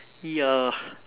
ya